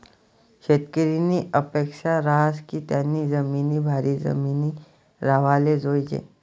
शेतकरीनी अपेक्सा रहास की त्यानी जिमीन भारी जिमीन राव्हाले जोयजे